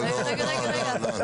לא.